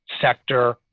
sector